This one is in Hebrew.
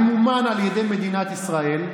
ממומן על ידי מדינת ישראל,